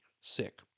sick